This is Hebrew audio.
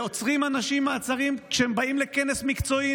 עוצרים אנשים כשהם באים לכנס מקצועי.